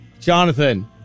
Jonathan